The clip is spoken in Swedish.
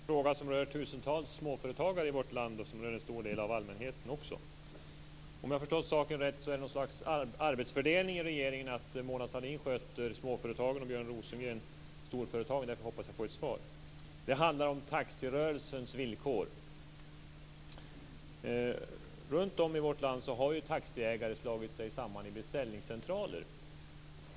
Fru talman! Jag vill ta upp en fråga som rör tusentals småföretagare i vårt land. Den rör en stor del av allmänheten också. Om jag har förstått saken rätt finns det någon slags arbetsfördelning i regeringen som innebär att Mona Sahlin sköter småföretagen och Björn Rosengren storföretagen. Därför hoppas jag få ett svar. Det handlar om taxirörelsens villkor. Runt om i vårt land har taxiägare slagit sig samman i beställningscentraler.